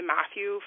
Matthew